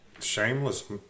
Shameless